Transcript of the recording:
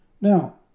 Now